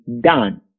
done